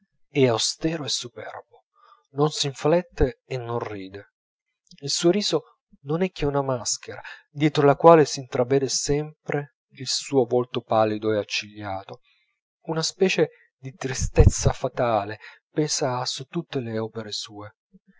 e superbo non s'inflette e non ride il suo riso non è che una maschera dietro la quale s'intravvede sempre il suo volto pallido e accigliato una specie di tristezza fatale pesa su tutte le opere sue